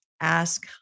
Ask